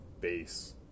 base